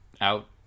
out